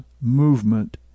movement